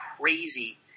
crazy